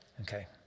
Okay